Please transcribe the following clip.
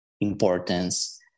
importance